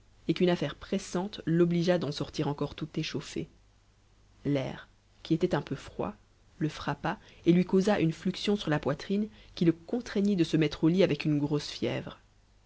et qu'une anaire pressante l'obligea d'en sortir encore tout échaunë t'ait stait un peu froid le frappa et lui causa une fluxion sur la poiu'iae qui le contraignit de se mettre au lit avec une grosse bèvre